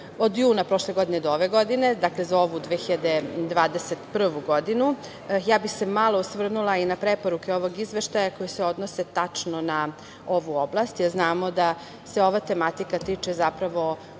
od juna prošle godine do ove godine, dakle za ovu 2021. godinu, ja bih se malo osvrnula na preporuke ovog izveštaja koje se odnose tačno na ovu oblast. Znamo da se ova tematika tiče oblasti